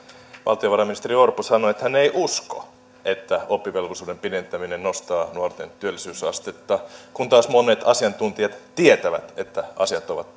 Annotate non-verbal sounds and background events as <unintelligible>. valtiovarainministeri orpo sanoi että hän ei usko että oppivelvollisuuden pidentäminen nostaa nuorten työllisyysastetta kun taas monet asiantuntijat tietävät että asiat ovat <unintelligible>